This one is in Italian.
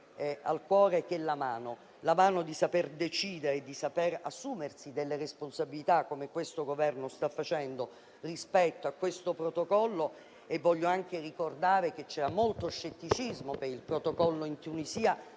al cuore, che è la mano: la mano nel saper decidere, nel sapersi assumere delle responsabilità, come questo Governo sta facendo rispetto a questo Protocollo. Voglio anche ricordare che c'era molto scetticismo per il Protocollo in Tunisia,